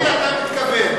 תפרש לי למי אתה מתכוון,